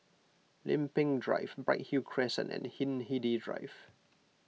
Lempeng Drive Bright Hill Crescent and Hindhede Drive